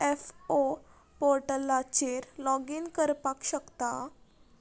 F O पोर्टलाचेर login करपाक शकता